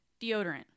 deodorant